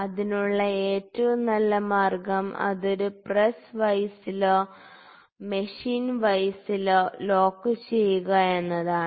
അതിനുള്ള ഏറ്റവും നല്ല മാർഗം അത് ഒരു പ്രസ് വൈസിലോ മെഷീൻ വൈസിലോ ലോക്ക് ചെയ്യുക എന്നതാണ്